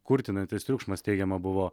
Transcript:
kurtinantis triukšmas teigiama buvo